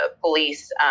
police